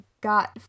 got